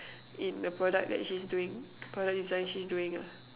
in the product that she's doing product design she's doing ah